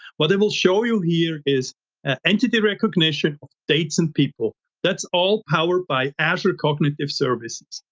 what i will show you here is an entity recognition of dates and people that's all powered by azure cognitive services.